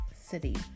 city